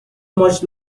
much